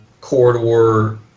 corridor